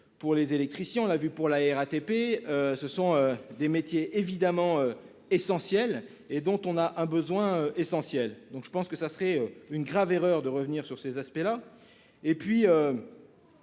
Pour les et les Christian l'a vu pour la RATP, ce sont des métiers évidemment. Essentiel et dont on a un besoin essentiel. Donc je pense que ça serait une grave erreur de revenir sur ces aspects-là et puis.